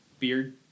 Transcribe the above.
beard